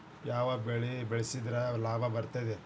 ಯಾವ ಬೆಳಿ ಬೆಳ್ಸಿದ್ರ ಲಾಭ ಬರತೇತಿ?